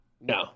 no